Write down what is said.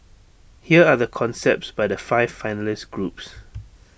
here are the concepts by the five finalist groups